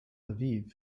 aviv